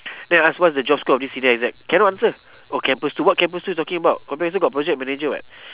then I ask what's the job scope of this senior exec cannot answer oh campus two what campus two you talking about campus two got project manager [what]